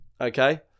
okay